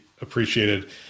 appreciated